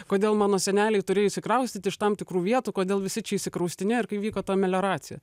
kodėl mano seneliai turėjo išsikraustyi iš tam tikrų vietų kodėl visi čia išsikraustinėjo ir kaip vyko ta melioracija